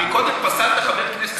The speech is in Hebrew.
כי קודם פסלת חבר כנסת,